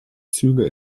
züge